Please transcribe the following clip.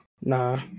Nah